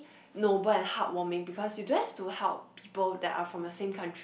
noble and heartwarming because you don't have to help people that are from the same country